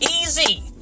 Easy